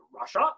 Russia